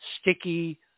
sticky